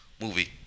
movie